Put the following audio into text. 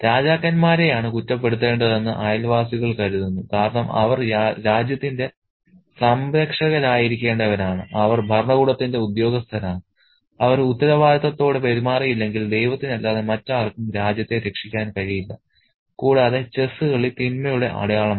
രാജാക്കന്മാരെയാണ് കുറ്റപ്പെടുത്തേണ്ടതെന്ന് അയൽവാസികൾ കരുതുന്നു കാരണം അവർ രാജ്യത്തിന്റെ സംരക്ഷകരായിരിക്കേണ്ടവരാണ് അവർ ഭരണകൂടത്തിന്റെ ഉദ്യോഗസ്ഥരാണ് അവർ ഉത്തരവാദിത്തത്തോടെ പെരുമാറിയില്ലെങ്കിൽ ദൈവത്തിനല്ലാതെ മറ്റാർക്കും രാജ്യത്തെ രക്ഷിക്കാൻ കഴിയില്ല കൂടാതെ ചെസ്സ് കളി തിന്മയുടെ അടയാളമാണ്